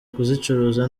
kuzicuruza